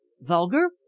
Vulgar